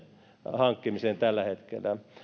hankkimiseen tällä hetkellä